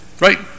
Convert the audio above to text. Right